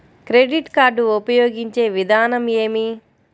Credit card ఉపయోగించే విధానం ఏమి?